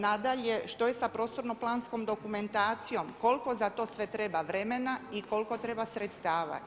Nadalje, što je sa prostorno-planskom dokumentacijom, koliko za to sve treba vremena i koliko treba sredstava.